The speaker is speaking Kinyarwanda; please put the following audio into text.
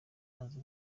aza